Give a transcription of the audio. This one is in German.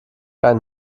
einen